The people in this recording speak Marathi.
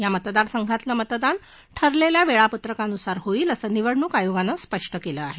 या मतदारसंघातलं मतदान ठरलेल्या वेळापत्रकानुसार होईल असं निवडणूक आयोगानं स्पष्ट केलं आहे